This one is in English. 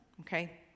okay